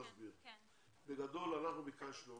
בגדול, אנחנו ביקשנו